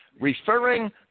referring